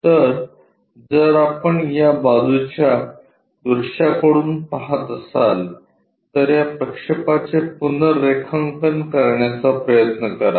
तर जर आपण या बाजूच्या दृश्याकडून पहात असाल तर या प्रक्षेपांचे पुनर्रेखांकन करण्याचा प्रयत्न करा